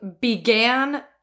began